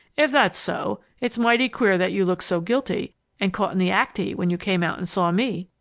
if that's so, it's mighty queer that you looked so guilty and caught-in-the-act-y when you came out and saw me!